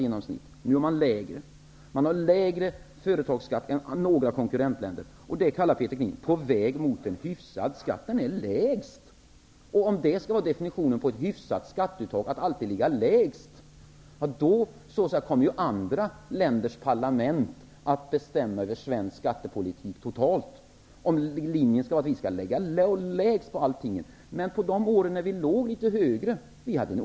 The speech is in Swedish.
Företagsskatten i Sverige är alltså lägre än vad motsvarande skatt är i våra konkurrentländer. I det läget säger Peter Kling att vi är på väg mot en hyfsad skatt. Men företagsskatten i Sverige är, som sagt, lägst! Om definitionen när det gäller begreppet hyfsat skatteuttag är att vi alltid skall ligga lägst, kommer det att bli så att andra länders parlament totalt bestämmer över svensk skattepolitik. Under de år då nivån var litet högre var tillväxten i Sverige oerhört god.